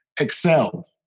excelled